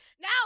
Now